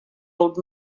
old